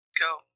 go